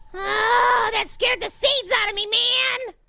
ah that scared the seeds out of me man.